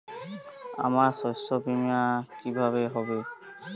আমার শস্য বীমা কিভাবে হবে?